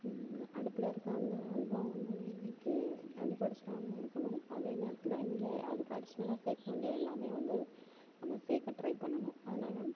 அடுப்பில் இருக்கும் அல்வா வந்து கி அடிப்பிடிச்சிடாம இருக்கணும் அதே நேரத்தில் இங்கே அதுக்கு அடிஷ்னல்லா சேர்க்க வேண்டிய எல்லாமே வந்து நம்ம சேர்க்க ட்ரை பண்ணணும் அதனால